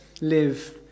live